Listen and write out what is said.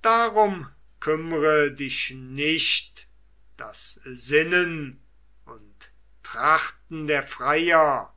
darum kümmre dich nicht das sinnen und trachten der freier